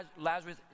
Lazarus